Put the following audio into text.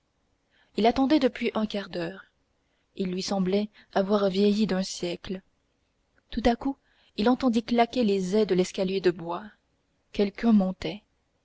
il attendait depuis un quart d'heure il lui semblait avoir vieilli d'un siècle tout à coup il entendit craquer les ais de l'escalier de bois quelqu'un montait